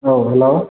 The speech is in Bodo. औ हेल'